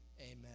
Amen